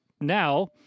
now